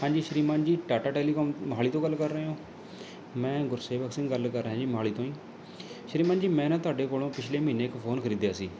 ਹਾਂਜੀ ਸ਼੍ਰੀਮਾਨ ਜੀ ਟਾਟਾ ਟੈਲੀਕੋਮ ਮੋਹਾਲੀ ਤੋਂ ਗੱਲ ਕਰ ਰਹੇ ਹੋ ਮੈਂ ਗੁਰਸੇਵਕ ਸਿੰਘ ਗੱਲ ਕਰ ਰਿਹਾ ਜੀ ਮੋਹਾਲੀ ਤੋਂ ਜੀ ਸ਼੍ਰੀਮਾਨ ਜੀ ਮੈਂ ਨਾ ਤੁਹਾਡੇ ਕੋਲ਼ੋ ਪਿਛਲੇ ਮਹੀਨੇ ਇੱਕ ਫ਼ੋਨ ਖਰੀਦਿਆ ਸੀ